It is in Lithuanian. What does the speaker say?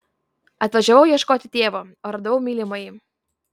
atvažiavau ieškoti tėvo o radau mylimąjį